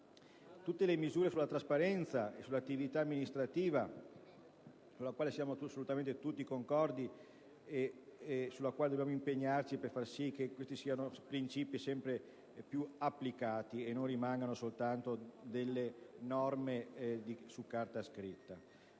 tutte le misure sulla trasparenza e l'attività amministrativa, sulle quali siamo assolutamente tutti concordi e sulle quali dobbiamo impegnarci per far sì che siano princìpi sempre più applicati e non rimangano soltanto norme su carta scritta.